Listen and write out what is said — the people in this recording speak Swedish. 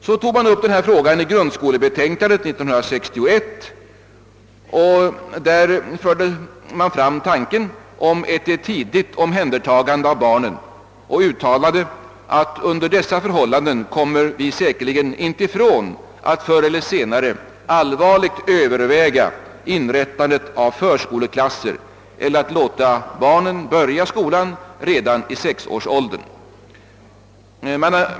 Frågan togs vidare upp i grundskolebetänkandet 1961, där man förde fram tanken om ett tidigt omhändertagande av barnen och uttalade att vi säkerligen inte kommer från att förr eller senare allvarligt överväga inrättandet av förskoleklasser eller att låta barnen börja skolan redan i sexårsåldern.